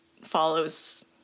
follows